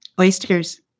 Oysters